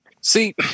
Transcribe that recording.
See